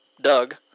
Doug